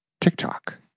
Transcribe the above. TikTok